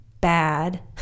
bad